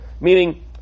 Meaning